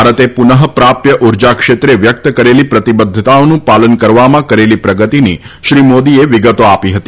ભારત પુનઃ પ્રાપ્ય ઉર્જા ક્ષપ્ર વ્યક્ત કરેલી પ્રતિબદ્ધતાઓનું પાલન કરવામાં કરેલી પ્રગતિની શ્રી મોદીએ વિગતો આપી હતી